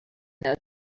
know